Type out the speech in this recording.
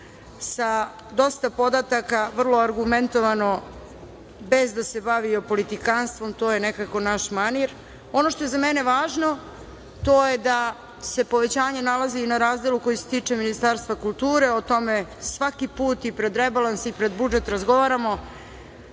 sa dosta podataka, vrlo argumentovano, bez da se bavio politikanstvom. To je nekako naš manir. Ono što je za mene važno to je da se povećanje nalazi i na razdelu koje se tiče Ministarstva kulture. O tome svaki put i pred rebalans i pred budžet razgovaramo.